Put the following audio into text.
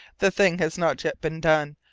the thing has not yet been done.